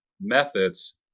methods